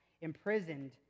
imprisoned